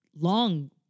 long